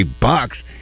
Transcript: bucks